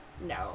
No